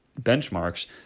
benchmarks